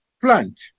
plant